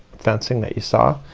fencing that you saw.